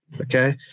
Okay